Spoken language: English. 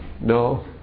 No